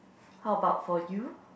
how about for you